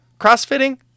Crossfitting